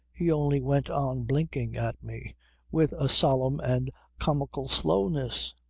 he only went on blinking at me with a solemn and comical slowness.